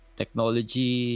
technology